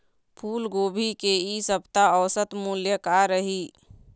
फूलगोभी के इ सप्ता औसत मूल्य का रही?